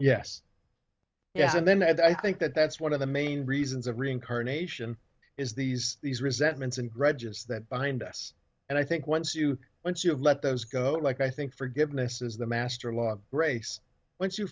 yes yes and then i think that that's one of the main reasons of reincarnation is these these resentments and grudges that bind us and i think once you once you've let those go like i think forgiveness is the master law grace once you